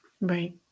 Right